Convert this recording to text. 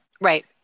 Right